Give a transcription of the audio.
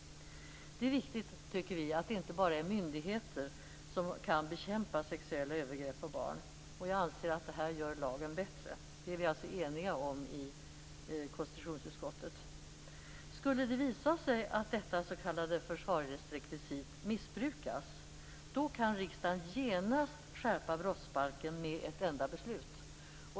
Vi tycker att det är viktigt att det inte bara är myndigheter som kan bekämpa sexuella övergrepp på barn. Jag anser att detta gör lagen bättre. Det är vi alltså eniga om i konstitutionsutskottet. Om det skulle visa sig att detta s.k. försvarlighetsrekvisit missbrukas, kan riksdagen genast skärpa brottsbalken med ett enda beslut.